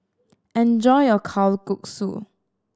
enjoy your Kalguksu